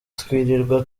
twirirwa